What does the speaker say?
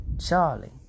Charlie